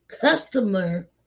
customer